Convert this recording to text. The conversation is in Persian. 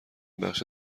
بخش